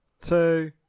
two